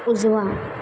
उजवा